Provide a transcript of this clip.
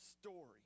story